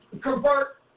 convert